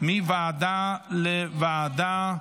מוועדה לוועדה.